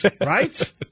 right